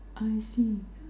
I see